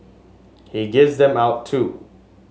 he gives them out too